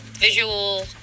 visual